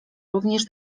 również